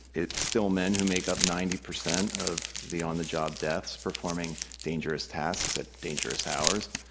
it's still men who make up ninety percent of the on-the-job deaths, performing dangerous tasks at dangerous hours.